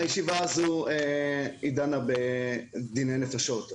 הישיבה הזו דנה בדיני נפשות.